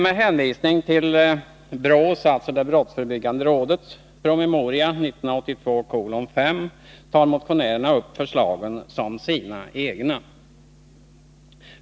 Med hänvisning till brottsförebyggande rådets, BRÅ, promemoria 1982:5 tar motionärerna upp BRÅ:s förslag som sina.